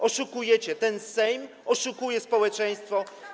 Oszukujecie, ten Sejm oszukuje społeczeństwo.